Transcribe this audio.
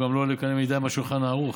הוא גם לא עולה בקנה מידה עם שולחן ערוך,